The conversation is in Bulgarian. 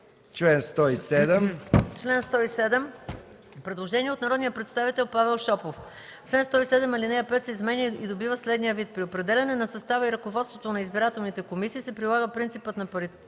чл. 107 – предложение от народния представител Павел Шопов: „Чл. 107, ал. 5 се изменя и добива следния вид: „При определяне на състава и ръководството на избирателните комисии се прилага принципът на паритет